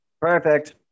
perfect